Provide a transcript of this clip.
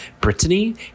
Brittany